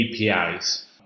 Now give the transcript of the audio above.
APIs